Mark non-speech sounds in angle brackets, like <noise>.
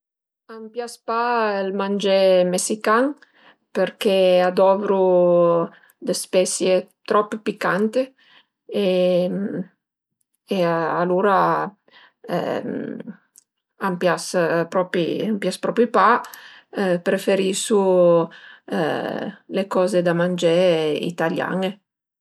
A m'pias pa ël mangé mesican perché a dovru dë spesie trop picante e alura <hesitation> a m'pias a m'pias propi pa, preferisu le coze da mangé italian-e